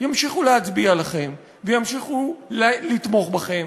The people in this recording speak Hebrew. ימשיכו להצביע לכם וימשיכו לתמוך בכם,